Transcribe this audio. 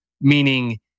Meaning